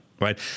right